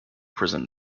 prison